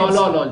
לא.